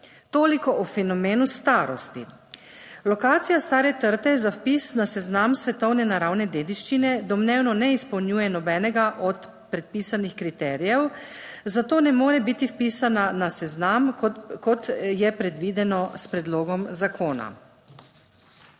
Toliko o fenomenu starosti. Lokacija Stare trte za vpis na seznam svetovne naravne dediščine domnevno ne izpolnjuje nobenega od predpisanih kriterijev, zato ne more biti vpisana na seznam kot je predvideno s predlogom. Zakona